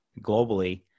globally